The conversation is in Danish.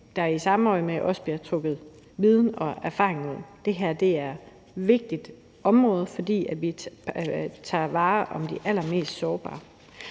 forhold til at der bliver trukket viden og erfaring ud. Det her er et vigtigt område, fordi vi tager vare på de allermest sårbare.